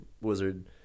wizard